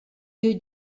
que